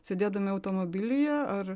sėdėdami automobilyje ar